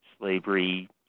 slavery